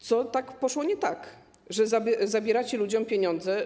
Co poszło nie tak, że zabieracie ludziom pieniądze?